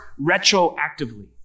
retroactively